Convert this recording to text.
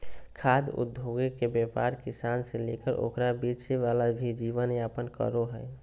खाद्य उद्योगके व्यापार किसान से लेकर ओकरा बेचे वाला भी जीवन यापन करो हइ